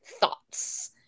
thoughts